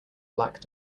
black